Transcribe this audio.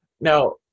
Now